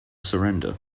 surrender